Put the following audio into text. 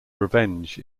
revenge